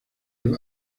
del